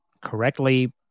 correctly